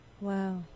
Wow